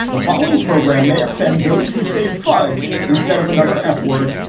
the following program may offend those who say fudge instead of another f word.